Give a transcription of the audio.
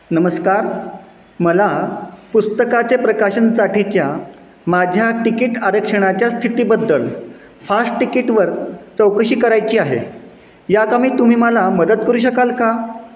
नमस्कार मला पुस्तकाचे प्रकाशनसाठीच्या माझ्या तिकीट आरक्षणाच्या स्थितीबद्दल फास्ट टिकीटवर चौकशी करायची आहे या कामी तुम्ही मला मदत करू शकाल का